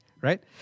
right